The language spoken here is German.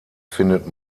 findet